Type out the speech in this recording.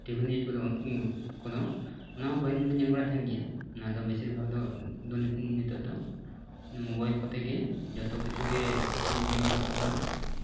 TV news ᱠᱚᱫᱚ ᱩᱱ ᱠᱚᱫᱚ ᱚᱱᱟ ᱦᱚᱸ ᱯᱟᱦᱤᱞ ᱫᱚᱞᱮ ᱧᱮᱞ ᱵᱟᱲᱟᱭᱮᱫ ᱛᱟᱜᱮᱫ ᱜᱮᱭᱟ ᱚᱱᱟ ᱫᱚ ᱵᱮᱥᱤᱨ ᱵᱷᱟᱜᱽ ᱫᱚ ᱫᱚ ᱱᱤᱛᱚᱜ ᱫᱚ ᱢᱚᱵᱟᱭᱤᱞ ᱠᱚᱛᱮ ᱜᱮ ᱡᱚᱛᱚ ᱠᱤᱪᱷᱩ ᱜᱮ ᱜᱮ ᱧᱮᱞᱚᱜ ᱠᱟᱱᱟ